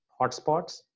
hotspots